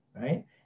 right